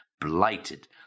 blighted